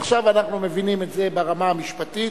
עכשיו אנחנו מבינים את זה ברמה המשפטית,